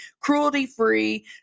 cruelty-free